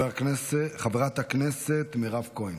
חברת הכנסת מירב כהן.